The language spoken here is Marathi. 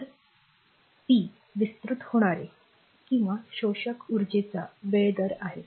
तर पी विस्तृत होणारे किंवा शोषक उर्जेचा वेळ दर आहे